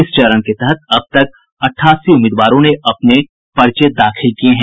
इस चरण के तहत अब तक अठासी उम्मीदवारों ने अपने पर्चे दाखिल किये हैं